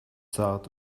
zart